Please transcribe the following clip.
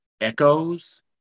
echoes